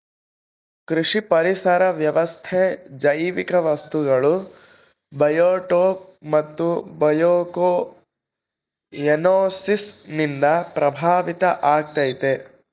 ಕೃಷಿ ಪರಿಸರ ವ್ಯವಸ್ಥೆ ಜೈವಿಕ ವಸ್ತುಗಳು ಬಯೋಟೋಪ್ ಮತ್ತು ಬಯೋಕೊಯನೋಸಿಸ್ ನಿಂದ ಪ್ರಭಾವಿತ ಆಗೈತೆ